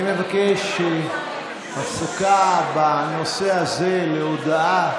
אני מבקש הפסקה בנושא הזה להודעה.